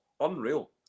Unreal